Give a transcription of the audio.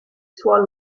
suolo